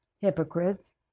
hypocrites